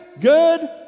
good